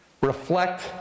Reflect